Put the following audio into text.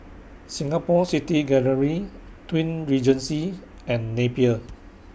Singapore City Gallery Twin Regency and Napier